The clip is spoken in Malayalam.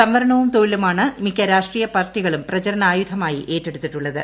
സംവരണവും തൊഴിലുമാണ് മിക്ക രാഷ്ട്രീയ പാർട്ടികളും പ്രചാരണായുധമായി ഏറ്റെടുത്തിട്ടുള്ളത്